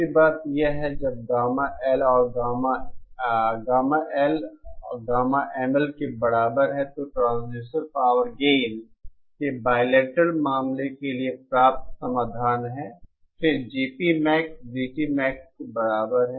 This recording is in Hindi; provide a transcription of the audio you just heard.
दूसरी बात यह है कि जब गामा L गामा ML के बराबर है तो यह ट्रांसड्यूसर पावर गेन के बाइलेटरल मामले के लिए प्राप्त समाधान है फिर GPmax GTmax के बराबर है